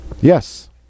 Yes